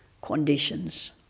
conditions